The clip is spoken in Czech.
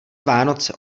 vánoce